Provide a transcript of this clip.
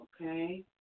Okay